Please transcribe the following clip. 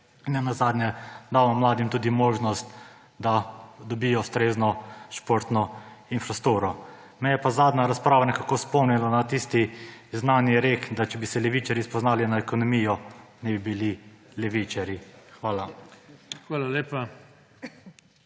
in ne nazadnje damo mladim tudi možnost, da dobijo ustrezno športno infrastrukturo. Me je pa zadnja razprava spomnila na tisti znani rek, da če bi se levičarji spoznali na ekonomijo, ne bi bili levičarji. Hvala.